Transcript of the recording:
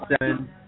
seven